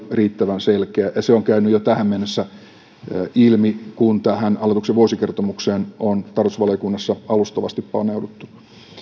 riittävän selkeä se on käynyt jo tähän mennessä ilmi kun tähän hallituksen vuosikertomukseen on tarkastusvaliokunnassa alustavasti paneuduttu